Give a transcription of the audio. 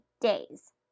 days